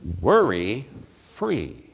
worry-free